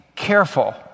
Careful